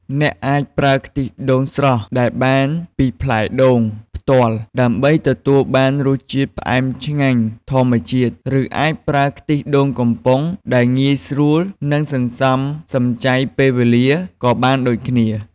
អ្នកអាចប្រើខ្ទិះដូងស្រស់ដែលបានពីផ្លែដូងផ្ទាល់ ដើម្បីទទួលបានរសជាតិផ្អែមឆ្ងាញ់ធម្មជាតិ ឬអាចប្រើខ្ទិះដូងកំប៉ុងដែលងាយស្រួល និងសន្សំសំចៃពេលវេលា ក៏បានដូចគ្នា។